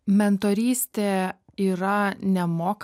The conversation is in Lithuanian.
mentorystė yra nemokama